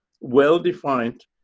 well-defined